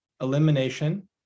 elimination